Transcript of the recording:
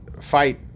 Fight